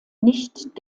nicht